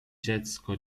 dziecko